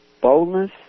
boldness